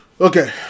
Okay